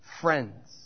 friends